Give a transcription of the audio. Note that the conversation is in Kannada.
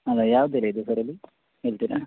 ಅಲ್ಲಾ ಯಾವ್ದು ಬೆಲೆದು ಸರ್ ಅದು ಹೇಳ್ತಿರಾ